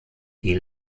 die